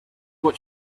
what